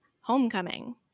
Homecoming